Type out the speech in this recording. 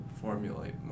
formulate